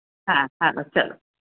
हा हा चलो